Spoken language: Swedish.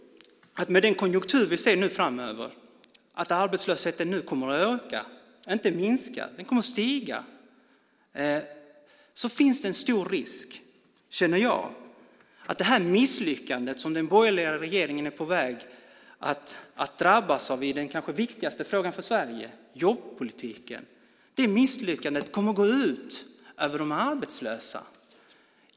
Med den konjunktur vi nu framöver ser tror jag att arbetslösheten kommer att öka, inte minska. Då finns det en stor risk för att det misslyckande som den borgerliga regeringen är på väg att drabbas av i den kanske viktigaste frågan för Sverige, jobbpolitiken, kommer att gå ut över de arbetslösa.